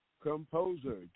composer